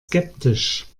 skeptisch